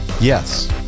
Yes